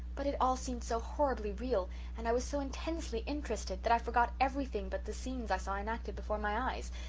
but it all seemed so horribly real and i was so intensely interested that i forgot everything but the scenes i saw enacted before my eyes.